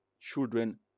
Children